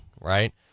right